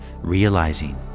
Realizing